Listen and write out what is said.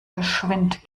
geschwind